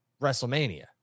WrestleMania